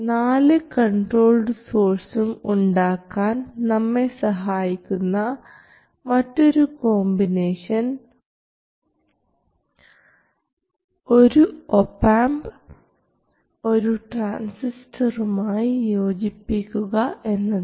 4 controlled സോഴ്സും ഉണ്ടാക്കാൻ നമ്മെ സഹായിക്കുന്ന മറ്റൊരു കോമ്പിനേഷൻ ഒരു ഒപാംപ് ഒരു ട്രാൻസിസ്റ്ററുമായി യോജിപ്പിക്കുക എന്നതാണ്